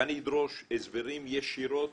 אדרוש הסברים ישירות